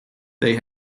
they